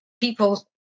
people